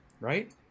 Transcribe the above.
right